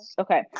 okay